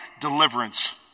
deliverance